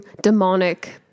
demonic